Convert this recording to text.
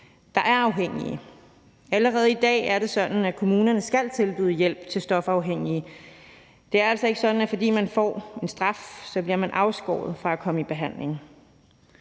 der er afhængige. Allerede i dag er det sådan, at kommunerne skal tilbyde hjælp til stofafhængige. Det er altså ikke sådan, at fordi man får en straf, bliver man afskåret fra at komme i behandling.